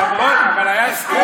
אבל היה הסכם.